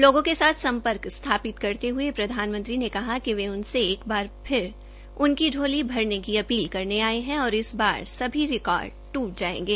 लोगों के साथ सम्पर्क स्थापित करते हये प्रधानमंत्री कहा कि वे उनसे एक बार फिर उनकी झोली भरने की अपील करने आये है और इस बार सभी रिकॉर्ड दूट जायेंगे